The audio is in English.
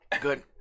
Good